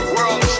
World